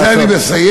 בזה אני מסיים: